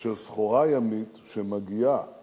של סחורה ימית שמגיעה